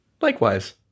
Likewise